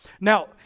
Now